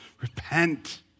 repent